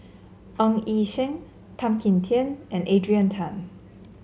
Ng Yi Sheng Tan Kim Tian and Adrian Tan